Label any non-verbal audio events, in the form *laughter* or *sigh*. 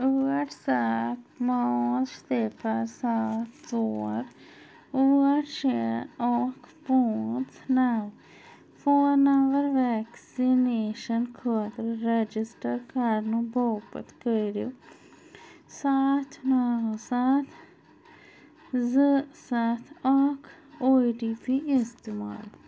ٲٹھ سَتھ *unintelligible* صِفر سَتھ ژور ٲٹھ شےٚ اکھ پانٛژھ نَو فون نمبر وٮ۪کسِنیشَن خٲطرٕ رَجِسٹَر کَرنہٕ باپتھ کٔرِو سَتھ نَو سَتھ زٕ سَتھ اکھ او ٹی پی اِستعمال